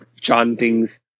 chantings